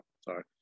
Sorry